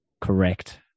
Correct